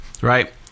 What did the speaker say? Right